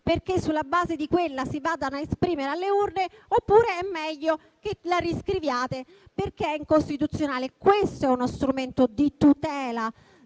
perché sulla base di quella si vadano a esprimere alle urne, oppure è meglio che la riscriviate, perché è incostituzionale. Questo è uno strumento di tutela